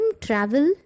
Travel